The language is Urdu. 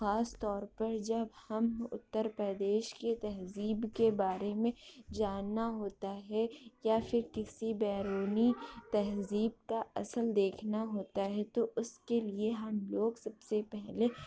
خاص طور پر جب ہم اتر پردیش کے تہذیب کے بارے میں جاننا ہوتا ہے یا پھر کسی بیرونی تہذیب کا اصل دیکھنا ہوتا ہے تو اس کے لیے ہم لوگ سب سے پہلے